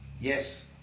Yes